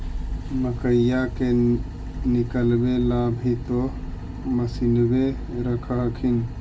मकईया के निकलबे ला भी तो मसिनबे रख हखिन?